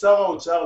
לשר האוצר,